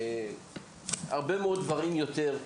הרבה דברים יותר,